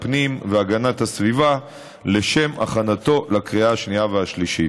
הפנים והגנת הסביבה לשם הכנתו לקריאה השנייה והשלישית.